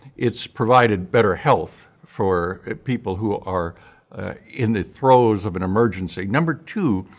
it's provided better health for people who are in the throes of an emergency. number two,